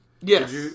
Yes